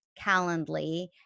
Calendly